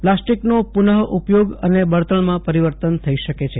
પ્લાસ્ટિકનો પુનઃ ઉપયોગ અને બળતણમાં પરિવર્તન થઇ શકે છે